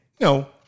no